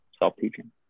self-teaching